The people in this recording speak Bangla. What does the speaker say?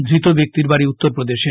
ধৃত ব্যক্তির বাড়ি উত্তরপ্রদেশে